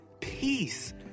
Peace